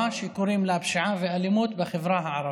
שקוראים לה הפשיעה והאלימות בחברה הערבית.